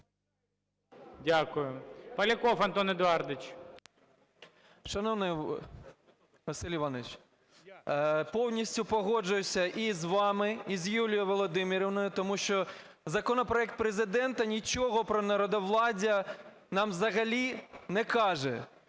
Дякую. Поляков Антон Едуардович. 13:51:48 ПОЛЯКОВ А.Е. Шановний Василь Іванович, повністю погоджуюсь і з вами, і з Юлією Володимирівною, тому що законопроект Президента нічого про народовладдя нам взагалі не каже.